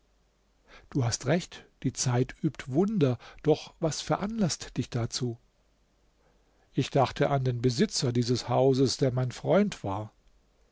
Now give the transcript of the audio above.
du hast recht die zeit übt wunder doch was veranlaßt dich dazu ich dachte an den besitzer dieses hauses der mein freund war